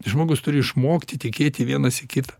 žmogus turi išmokti tikėti vienas į kitą